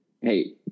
hey